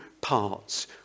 parts